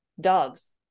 dogs